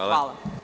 Hvala.